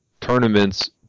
tournaments